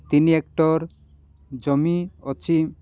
ତିନି ହେକ୍ଟର୍ ଜମି ଅଛି